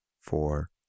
four